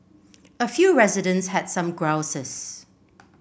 a few residents had some grouses